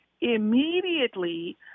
immediately